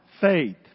Faith